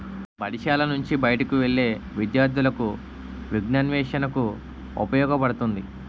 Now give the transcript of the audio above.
బడిశాల నుంచి బయటకు వెళ్లే విద్యార్థులకు విజ్ఞానాన్వేషణకు ఉపయోగపడుతుంది